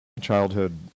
childhood